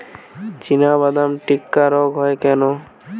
চিনাবাদাম টিক্কা রোগ হয় কেন?